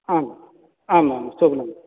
आम् आम् आं शोभनम्